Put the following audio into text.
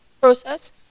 process